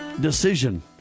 decision